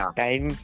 time